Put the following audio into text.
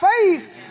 faith